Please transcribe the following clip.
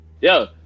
yo